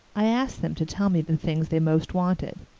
i asked them to tell me the things they most wanted.